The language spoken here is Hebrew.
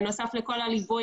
תודה על הזמן שלכם,